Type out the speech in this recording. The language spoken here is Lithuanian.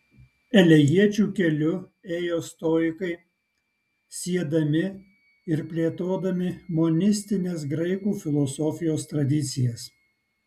elėjiečių keliu ėjo stoikai siedami ir plėtodami monistinės graikų filosofijos tradicijas